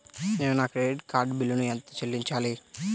నేను నా credit card బిల్లును ఎలా చెల్లించాలీ?